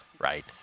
Right